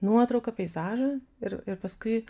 nuotrauką peizažą ir ir paskui